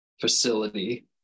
facility